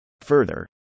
Further